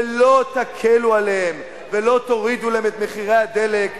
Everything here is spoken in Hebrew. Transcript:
ולא תקלו עליהם ולא תורידו להם את מחירי הדלק,